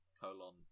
colon